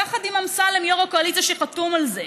יחד עם אמסלם יו"ר הקואליציה שחתום על זה,